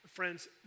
Friends